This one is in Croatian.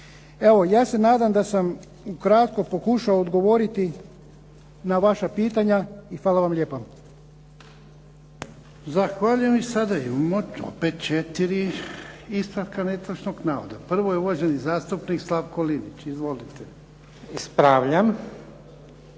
Evo, ja se nadam da sam ukratko pokušao odgovoriti na vaša pitanja. Hvala vam lijepa. **Jarnjak, Ivan (HDZ)** Zahvaljujem. I sada imamo opet 4 ispravka netočna navoda. Prvo je uvaženi zastupnik Slavko Linić. Izvolite. **Linić,